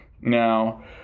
Now